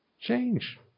change